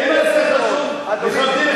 אדוני,